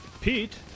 Pete